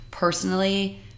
personally